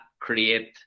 create